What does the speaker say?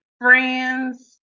friends